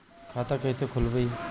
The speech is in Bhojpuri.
खाता कईसे खोलबाइ?